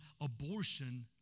abortion